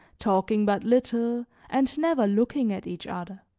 talking but little and never looking at each other.